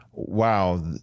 wow